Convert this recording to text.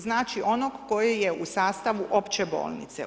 Znači, onog koji je u sastavu opće bolnice.